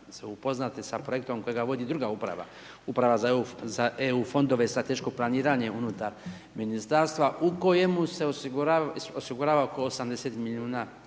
upoznati sa projektom kojega vodi druga uprava, uprava za EU Fondove za strateško planiranje unutar Ministarstva u kojemu se osigurava oko 80 milijuna